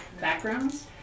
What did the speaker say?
backgrounds